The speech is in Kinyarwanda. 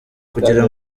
kugira